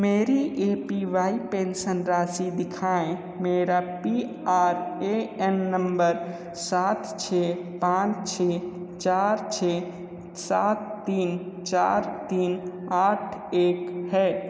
मेरी A P Y pension राशि दिखाए मेरा P R A N number सात छः पाँच छः चार छः सात तीन चार तीन आठ एक है